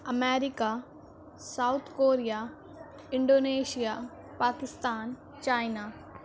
America South Korea Indonesia Pakistan China